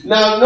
Now